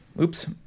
Oops